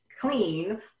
clean